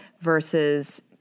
versus